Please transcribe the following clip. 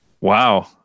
Wow